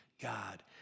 God